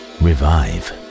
revive